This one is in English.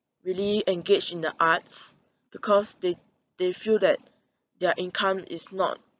really engage in the arts because they they feel that their income is not